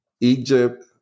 Egypt